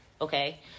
Okay